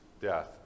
death